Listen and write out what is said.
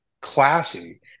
classy